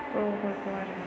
औ ग्रह आरो